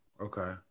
Okay